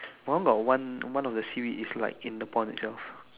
what about one one of the seaweed is like in the pond itself